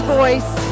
voice